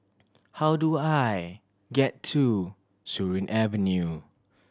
how do I get to Surin Avenue